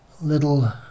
little